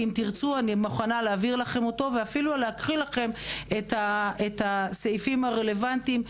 אם תרצו אעביר לכם אותו ואפילו להקריא את הסעיפים הרלוונטיים.